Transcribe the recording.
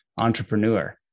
entrepreneur